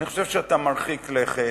אני חושב שאתה מרחיק לכת.